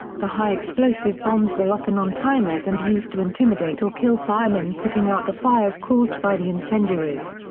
the high explosive bombs were often on timers and used to intimidate or kill firemen putting out the fires caused by the incendiaries.